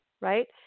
right